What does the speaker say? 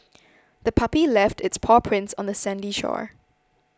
the puppy left its paw prints on the sandy shore